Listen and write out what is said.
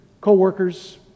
co-workers